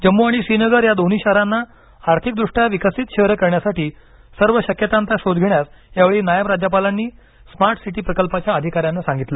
जम्मू आणि श्रीनगर या दोन्ही शहरांना आर्थिक दृष्ट्या विकसित शहरं करण्यासाठी सर्व शक्यतांचा शोध घेण्यास यावेळी नायब राज्यपालांनी स्मार्ट सिटी प्रकल्पाच्या अधिकाऱ्यांना सांगितलं